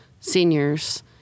seniors